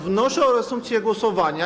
Wnoszę o reasumpcję głosowania.